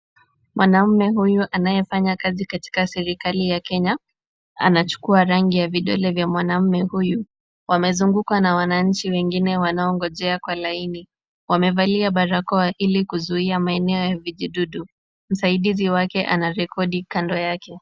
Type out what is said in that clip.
Mwanaume huyu anaefanya kazi katika serikali ya Kenya anachukua rangi ya vidole vya mwanaume huyu. Wamezungukwa na wananchi wengine wanaongojea kwa laini. Wamevalia barakoa ili kuzuia maeneo ya vijidudu. Msaidizi wake anarekodi kando yake.